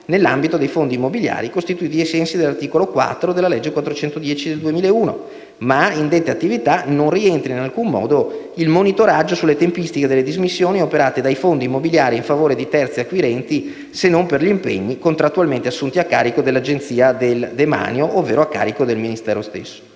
nell'ambito dei fondi immobiliari costituiti ai sensi dell'articolo 4 della legge n. 410 del 2001, ma in dette attività non rientra in alcun modo il monitoraggio sulle tempistiche delle dismissioni operate dai Fondi immobiliari in favore dei terzi acquirenti se non per gli impegni contrattualmente assunti a carico dell'Agenzia del demanio ovvero a carico del Ministero stesso.